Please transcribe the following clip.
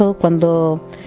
cuando